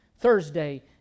Thursday